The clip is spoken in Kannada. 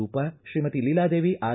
ರೂಪಾ ಶ್ರೀಮತಿ ಲೀಲಾದೇವಿ ಆರ್